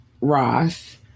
Ross